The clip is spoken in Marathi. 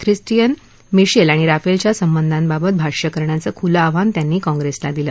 ख्रिसटीयन मिशेल आणि राफेलच्या संबधाबाबत भाष्य करण्याचं खुलं आव्हान त्यांनी काँग्रेसला दिलं